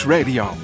Radio